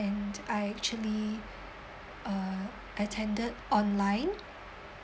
I actually uh attended online